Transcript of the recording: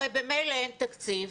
הרי ממילא אין תקציב,